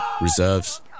reserves